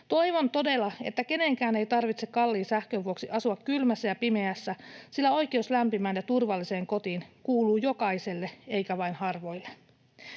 Toivon todella, että kenenkään ei tarvitse kalliin sähkön vuoksi asua kylmässä ja pimeässä, sillä oikeus lämpimään ja turvalliseen kotiin kuuluu jokaiselle eikä vain harvoille.